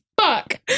fuck